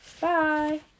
Bye